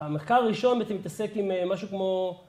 המחקר הראשון, ואתה מתעסק עם משהו כמו...